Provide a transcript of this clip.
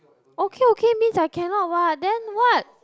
okay okay means I cannot what then what